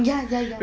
ya ya ya